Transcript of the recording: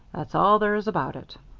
that's all there is about it.